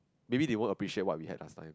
maybe they won't appreciate what we had last time